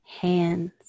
hands